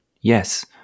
yes